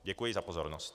Děkuji za pozornost.